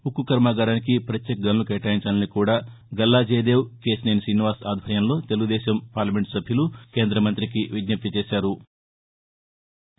ఉక్కు కర్నాగారానికి ప్రత్యేక గనులు కేటాయించాలని కూడా గల్లా జయదేవ్ కేశినేని శ్రీనివాస్ ఆధ్వర్యంలో తెలుగుదేశం పార్లమెంటు సభ్యులు కేంద్ర మంతికి విజ్ఞప్తి చేశారు